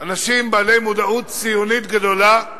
אנשים בעלי מודעות ציונית גדולה,